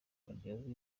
baryozwa